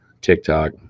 TikTok